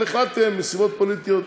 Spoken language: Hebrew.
אבל החלטתם, מסיבות פוליטיות,